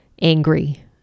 angry